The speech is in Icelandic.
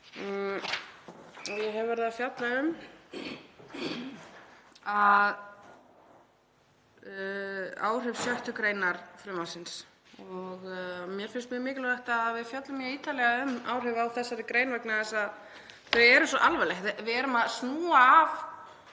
Ég hef verið að fjalla um áhrif 6. gr. frumvarpsins og mér finnst mjög mikilvægt að við fjöllum mjög ítarlega um áhrif af þessari grein vegna þess að þau eru svo alvarleg. Við erum að snúa á